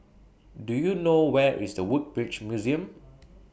Do YOU know Where IS The Woodbridge Museum